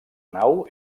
nau